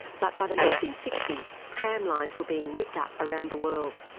but by the nineteen sixty s tramlines were being ripped up around the world,